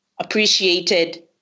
appreciated